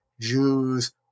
Jews